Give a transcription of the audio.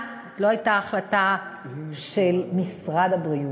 לא הייתה החלטה של משרד הבריאות,